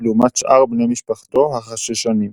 לעומת שאר בני משפחתו החששנים.